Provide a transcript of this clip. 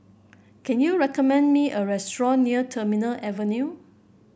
can you recommend me a restaurant near Terminal Avenue